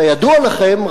כידוע לכם,